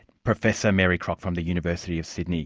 professor mary crock from the university of sydney